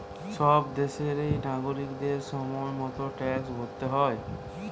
সব দেশেরই নাগরিকদের সময় মতো ট্যাক্স ভরতে হয়